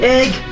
egg